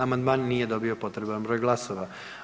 Amandman nije dobio potreban broj glasova.